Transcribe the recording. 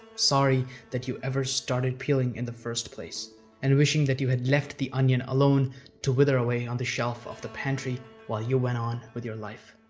sorry that you ever started peeling in the first place and wishing that you had left the onion alone to wither away on the shelf of the pantry while you went on with your life,